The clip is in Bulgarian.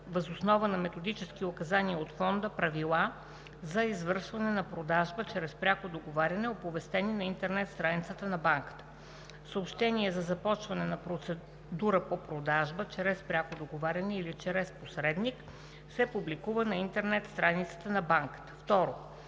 въз основа на методически указания от фонда правила за извършване на продажба чрез пряко договаряне, оповестени на интернет страницата на банката. Съобщение за започване на процедура по продажба чрез пряко договаряне или чрез посредник се публикува на интернет страницата на банката.“ 2.